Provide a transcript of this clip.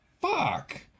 Fuck